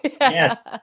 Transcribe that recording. Yes